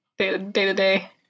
Day-to-day